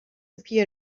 appear